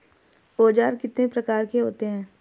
औज़ार कितने प्रकार के होते हैं?